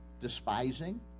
despising